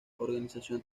organización